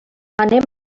anem